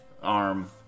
arm